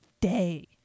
day